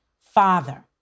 Father